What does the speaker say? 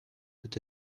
peut